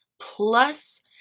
plus